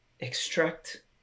extract